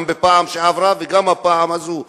גם בפעם שעברה וגם בפעם הזאת,